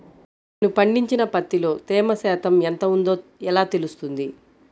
నేను పండించిన పత్తిలో తేమ శాతం ఎంత ఉందో ఎలా తెలుస్తుంది?